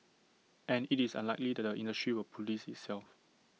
and IT is unlikely that the industry will Police itself